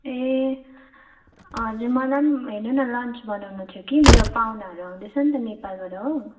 ए हजुर मलाई पनि हेर्नु न लन्च बनाउनु थियो कि मेरो पाहुनाहरू आउँदैछ नि त नेपालबाट हो